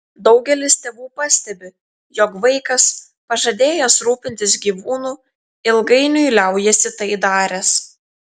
daugelis tėvų pastebi jog vaikas pažadėjęs rūpintis gyvūnu ilgainiui liaujasi tai daręs